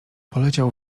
poleciał